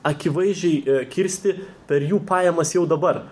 akivaizdžiai kirsti per jų pajamas jau dabar